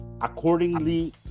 accordingly